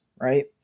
right